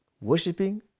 worshipping